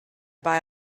buy